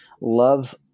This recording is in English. love